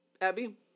Abby